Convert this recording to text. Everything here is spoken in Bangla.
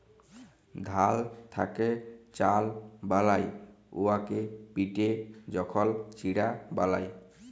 ধাল থ্যাকে চাল বালায় উয়াকে পিটে যখল চিড়া বালায়